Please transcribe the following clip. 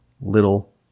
little